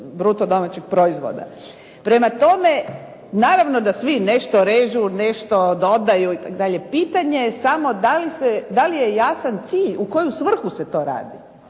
bruto domaćeg proizvoda. Prema tome, naravno da svi nešto režu, nešto dodaju itd. Pitanje je samo da li je jasan cilj, u koju svrhu se to radi,